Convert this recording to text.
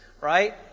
Right